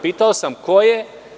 Pitao sam – ko je?